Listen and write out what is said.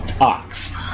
Ox